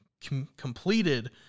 completed